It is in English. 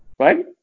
Right